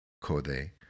Code